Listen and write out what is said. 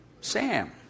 Sam